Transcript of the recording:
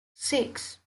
six